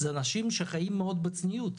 אלה אנשים שחיים מאוד בצניעות.